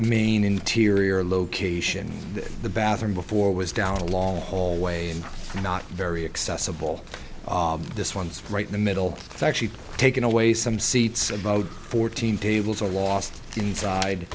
main interior location the bathroom before was down a long hallway and not very accessible this one's from right in the middle it's actually taken away some seats about fourteen tables are lost inside